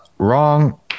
wrong